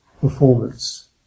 performance